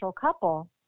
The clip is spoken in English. couple